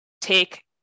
take